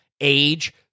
age